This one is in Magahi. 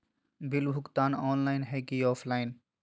बिल भुगतान ऑनलाइन है की ऑफलाइन?